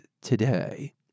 today